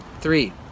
Three